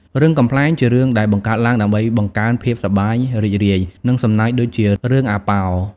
រឿងកំប្លែង ជារឿងដែលបង្កើតឡើងដើម្បីបង្កើន ភាពសប្បាយរីករាយ និងសំណើចដូចជា រឿងអាប៉ោ។